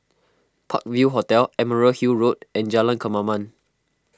Park View Hotel Emerald Hill Road and Jalan Kemaman